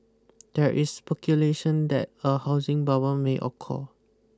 there is speculation that a housing bubble may occur